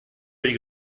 les